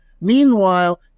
Meanwhile